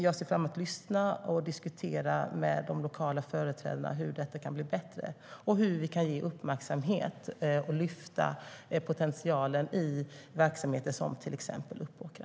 Jag ser fram emot att lyssna på de lokala företrädarna och diskutera hur detta kan bli bättre och hur vi kan ge uppmärksamhet och lyfta potentialen i verksamheter som till exempel Uppåkra.